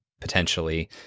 potentially